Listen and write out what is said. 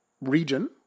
region